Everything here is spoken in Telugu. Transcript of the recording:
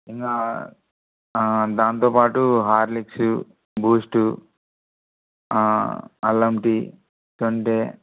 ఇంకా దాంతోపాటు హార్లిక్స్ బూస్టు అల్లం టీ సండే